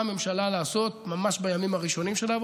הממשלה לעשות ממש בימים הראשונים שלה,